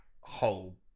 whole